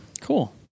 Cool